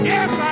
Yes